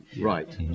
Right